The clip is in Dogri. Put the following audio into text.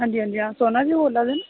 हां जी हां जी हां सोना जी बोल्लै दे न